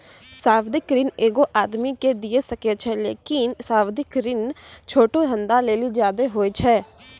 सावधिक ऋण एगो आदमी के दिये सकै छै लेकिन सावधिक ऋण छोटो धंधा लेली ज्यादे होय छै